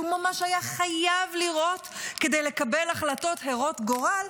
שהוא ממש היה חייב לראות כדי לקבל החלטות הרות גורל,